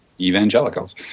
evangelicals